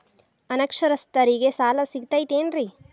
ಅನಕ್ಷರಸ್ಥರಿಗ ಸಾಲ ಸಿಗತೈತೇನ್ರಿ?